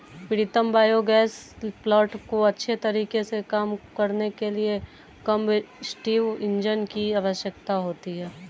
प्रीतम biogas plant को अच्छे तरीके से काम करने के लिए कंबस्टिव इंजन की आवश्यकता होती है